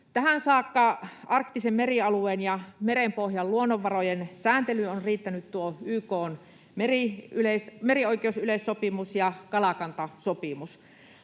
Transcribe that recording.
Tähän saakka arktisen merialueen ja merenpohjan luonnonvarojen sääntelyyn ovat riittäneet YK:n merioikeusyleissopimus ja kalakantasopimus.